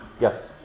Yes